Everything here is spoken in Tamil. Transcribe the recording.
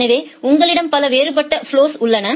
எனவே உங்களிடம் பல வேறுபட்ட ஃபலொகள் உள்ளன